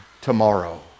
tomorrow